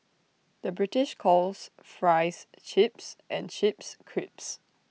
the British calls Fries Chips and Chips Crisps